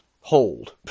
hold